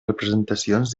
representacions